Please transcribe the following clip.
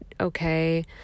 okay